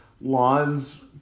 lawns